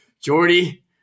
Jordy